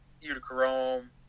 Utica-Rome